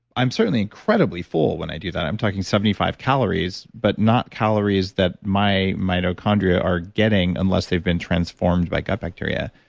i'm certainly incredibly full when i do that. i'm talking seventy five calories, but not calories that my mitochondria are getting unless they've been transformed by gut bacteria.